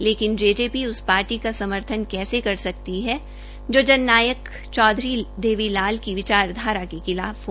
लेकिन जेजेपी उस पार्टी का समर्थन कैसे कर सकती है जो जन नायक चौधरी देवी लाल की विचारधारा के खिलाफ हो